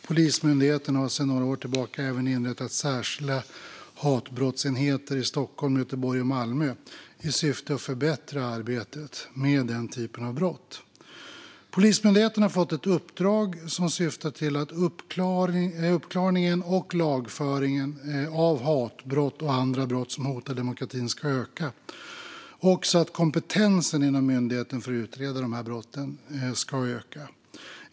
Polismyndigheten har sedan några år tillbaka även inrättat särskilda hatbrottsenheter i Stockholm, Göteborg och Malmö, i syfte att förbättra arbetet med denna typ av brott. Polismyndigheten har fått ett uppdrag som syftar till att uppklaringen och lagföringen av hatbrott och andra brott som hotar demokratin ska öka, samt att kompetensen inom myndigheten för att utreda dessa brott ska öka.